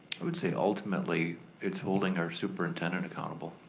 i would say ultimately it's holding our superintendent accountable.